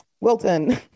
Wilton